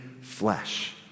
flesh